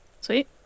sweet